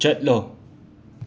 ꯆꯠꯂꯣ